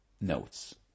notes